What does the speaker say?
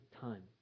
time